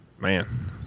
man